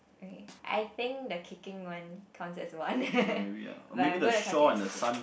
okay I think the kicking one counts as one but I am gonna count it as two